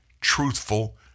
truthful